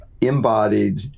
embodied